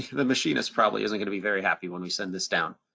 the machine is probably isn't gonna be very happy when we send this down.